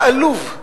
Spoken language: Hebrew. היה עלוב.